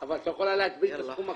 אבל את לא יכולה להגביל את הסכום הכולל.